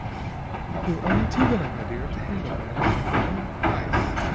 who are only too willing, my dear, to handle the matter at their own price!